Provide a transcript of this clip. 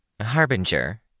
Harbinger